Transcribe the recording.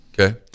Okay